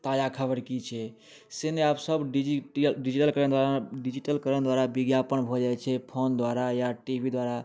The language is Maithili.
ताजा खबर की छै से नहि आबसब डिजिटिअल डिजिटलकरण द्वारा डिजिटलकरण द्वारा विज्ञापन भऽ जाइ छै फोन द्वारा या टी वी द्वारा